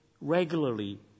regularly